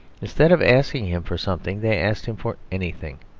instead of asking him for something, they asked him for anything.